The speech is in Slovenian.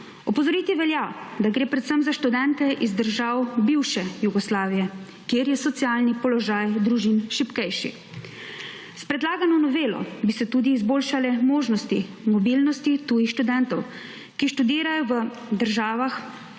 Opozoriti velja, da gre predvsem za študente iz držav bivše Jugoslavije kjer je socialni položaj družin šibkejši. S predlagano novelo bi se tudi izboljšale možnosti mobilnosti tujih študentov, ki študirajo v drugih državah